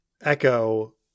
Echo